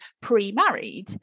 pre-married